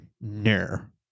Ner